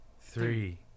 three